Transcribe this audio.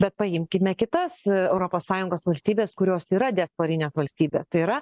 bet paimkime kitas europos sąjungos valstybes kurios yra diasporinės valstybės tai yra